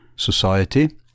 Society